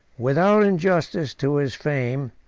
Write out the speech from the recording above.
without injustice to his fame,